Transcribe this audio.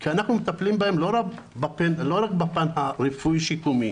כי אנחנו מטפלים לא רק בפן הרפואי שיקומי,